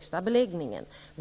här tiden på året.